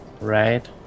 Right